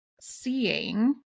seeing